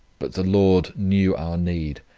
but the lord knew our need,